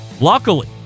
Luckily